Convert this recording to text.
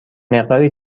مقداری